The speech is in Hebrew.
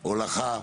הולכה?